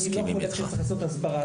אני לא חולק שצריך לעשות הסברה,